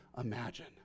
imagine